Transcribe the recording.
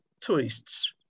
tourists